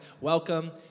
welcome